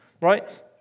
Right